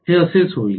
हे असेच होईल